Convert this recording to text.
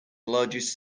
largest